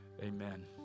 Amen